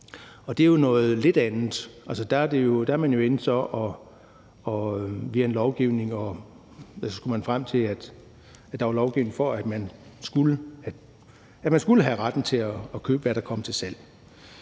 og det er jo noget lidt andet. Altså, der vil man frem til, at der er lovgivning for, at man skal have retten til at købe, hvad der kommer til salg.